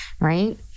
right